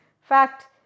fact